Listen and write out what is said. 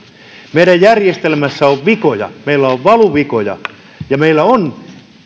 meidän järjestelmässämme on vikoja meillä on valuvikoja ja meillä on